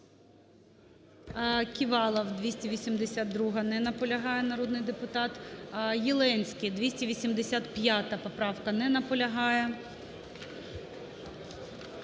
Ківалов, 282-а. Не наполягає народний депутат. Єленський, 285 поправка. Не наполягає.